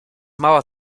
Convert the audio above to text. mała